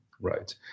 right